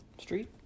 street